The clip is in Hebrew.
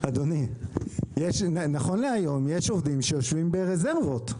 נכון להיום יש שיושבים ברזרבות.